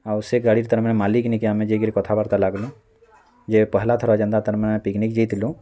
ଆଉ ସେ ଗାଡ଼ି ତା'ର୍ମାନେ ମାଲିକ୍ ନେଇକି ଆମେ ଯାଇକିରି କଥାବାର୍ତ୍ତା ଲାଗ୍ଲୁ ଯେ ପହେଲା ଥର୍ ଯେନ୍ତା ତା'ର୍ମାନେ ପିକନିକ୍ ଯାଇଥିଲୁ